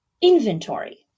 inventory